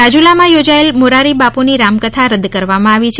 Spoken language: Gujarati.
રાજુલામાં યોજાયેલ મોરારીબાપુની રામકથા રદ કરવામાં આવી છે